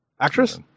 Actress